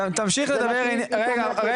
תמשיך לדבר עניינית --- היא תומכת בלזרוק